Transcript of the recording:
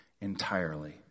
entirely